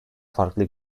farklı